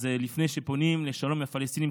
לפני שפונים לשלום עם הפלסטינים,